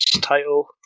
title